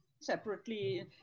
separately